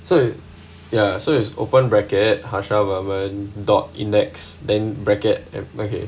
so ya so it's open bracket harsha varman dot index then bracket